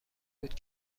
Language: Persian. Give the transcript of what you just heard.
بود